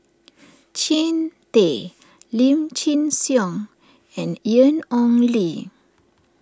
Jean Tay Lim Chin Siong and Ian Ong Li